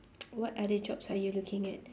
what other jobs are you looking at